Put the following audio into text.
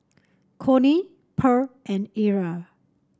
Connie Pearl and Era